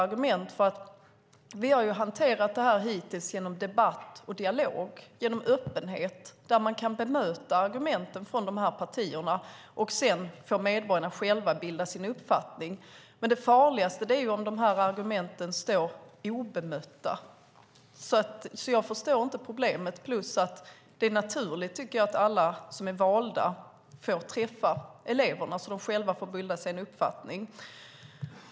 Hittills har vi hanterat detta genom debatt och dialog, genom öppenhet så att man kan bemöta argumenten från partierna. Sedan får medborgarna själva bilda sig en uppfattning. Det farligaste är om de här argumenten står obemötta, så jag förstår inte problemet. Dessutom tycker jag att det är naturligt att alla som är valda får träffa eleverna så att dessa själva får bilda sig en uppfattning.